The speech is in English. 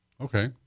Okay